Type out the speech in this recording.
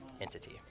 entity